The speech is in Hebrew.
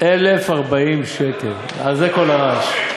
1,040 שקל, על זה כל הרעש.